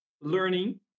learning